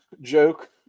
joke